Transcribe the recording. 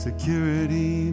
Security